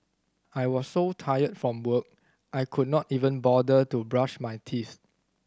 I was so tired from work I could not even bother to brush my teeth